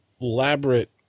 elaborate